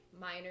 minor